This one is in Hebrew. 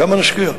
כמה נשקיע?